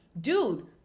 dude